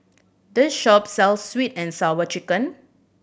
this shop sells Sweet And Sour Chicken